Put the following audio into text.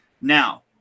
Now